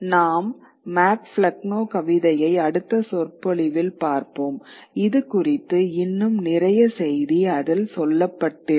நாம் மேக்ஃப்ளெக்னோ கவிதையை அடுத்த சொற்பொழிவில் பார்ப்போம் இதுகுறித்து இன்னும் நிறைய செய்தி அதில் சொல்லப்பட்டிருக்கும்